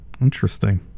interesting